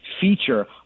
feature